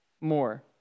more